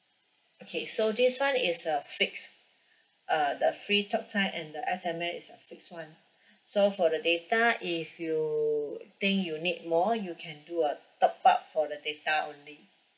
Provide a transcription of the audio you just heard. okay so this one is a fixed uh the free talk time and the S_M_S it's a fixed one so for the data if you think you need more you can do a top-up for the data only